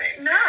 No